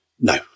No